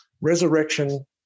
Resurrection